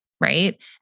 right